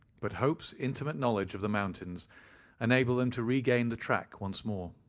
but hope's intimate knowledge of the mountains enabled them to regain the track once more.